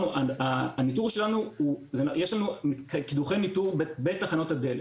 יש לנו קידוחי ניטור בתחנות דלק,